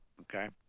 Okay